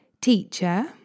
Teacher